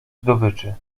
zdobyczy